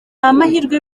amahirwe